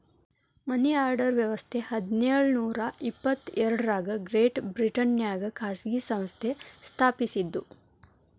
ಮನಿ order ವ್ಯವಸ್ಥ ಹದಿನೇಳು ನೂರ ಎಪ್ಪತ್ ಎರಡರಾಗ ಗ್ರೇಟ್ ಬ್ರಿಟನ್ನ್ಯಾಗ ಖಾಸಗಿ ಸಂಸ್ಥೆ ಸ್ಥಾಪಸಿದ್ದು